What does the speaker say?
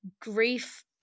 grief